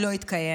שהמשיכו כסדרם.